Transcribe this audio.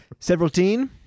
Severalteen